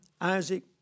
Isaac